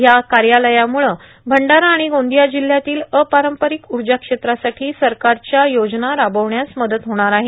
या कार्यालयाम्ळे भंडारा आणि गोंदिया जिल्ह्यातील अपारंपरिक ऊर्जा क्षेत्रासाठी सरकारच्या योजना राबविण्यास मदत होणार आहे